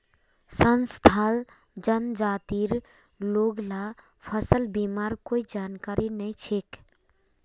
संथाल जनजातिर लोग ला फसल बीमार कोई जानकारी नइ छेक